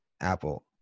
Apple